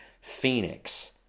phoenix